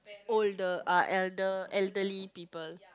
older ah elder~ elderly people